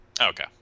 okay